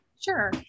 Sure